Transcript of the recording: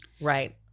Right